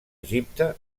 egipte